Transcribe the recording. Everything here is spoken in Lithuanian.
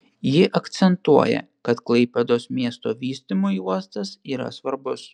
ji akcentuoja kad klaipėdos miesto vystymui uostas yra svarbus